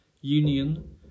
Union